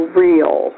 real